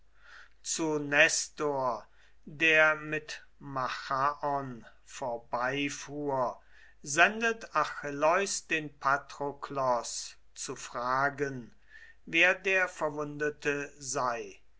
zu nestor der mit machaon vorbeifuhr sendet achilleus den patroklos zu fragen wer der verwundete sei